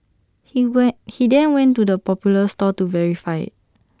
he went he then went to the popular store to verify IT